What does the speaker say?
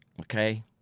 okay